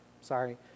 Sorry